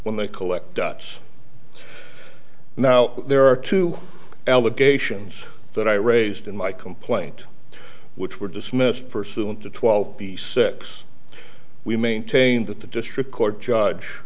when they collect does now there are two allegations that i raised in my complaint which were dismissed pursuant to twelve b six we maintained that the district court judge